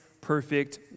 perfect